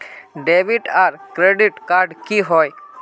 Debit आर credit card की होय?